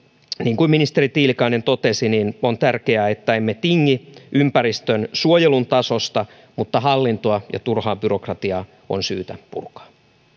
niin kuin ministeri tiilikainen totesi on tärkeää että emme tingi ympäristönsuojelun tasosta mutta hallintoa ja turhaa byrokratiaa on syytä purkaa